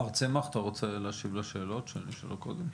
מר צמח, אתה רוצה להשיב לשאלות שנשאלו קודם?